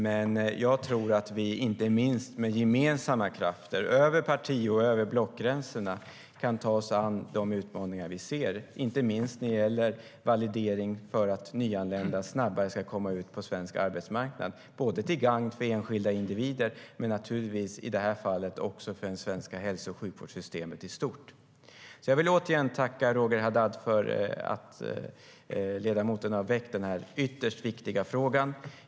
Men jag tror att vi inte minst med gemensamma krafter, över parti och blockgränserna, kan ta oss an de utmaningar vi ser, inte minst när det gäller validering för att nyanlända snabbare ska komma ut på svensk arbetsmarknad, till gagn både för enskilda individer och i detta fall naturligtvis för det svenska hälso och sjukvårdssystemet i stort. Jag vill återigen tacka ledamoten Roger Haddad för att han har väckt denna ytterst viktiga fråga.